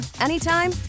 anytime